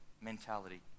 mentality